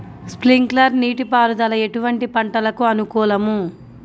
Sprinkler నీటిపారుదల ఎటువంటి పంటలకు అనుకూలము?